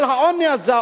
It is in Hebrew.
אבל העוני הזה,